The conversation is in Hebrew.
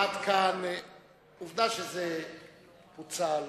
עובדה שזה הוצע.